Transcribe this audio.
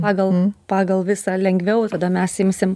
pagal pagal visą lengviau tada mes imsim